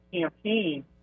campaign